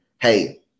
hey